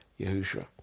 Yahushua